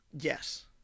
Yes